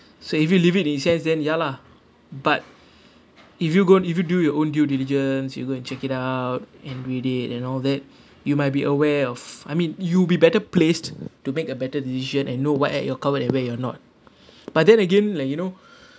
so if you leave it in his hands then ya lah but if you go and if you do your own due diligence you go and check it out and read it and all that you might be aware of I mean you'll be better placed to make a better decision and know what at you're covered and where you're not but then again like you know